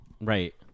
Right